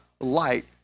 light